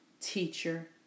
teacher